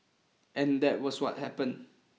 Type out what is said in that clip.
and that was what happened